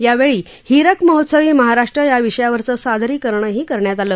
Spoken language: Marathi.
यावेळी हीरक महोत्सवी महाराष्ट्र या विषयावरचं सादरीकरणही करण्यात आलं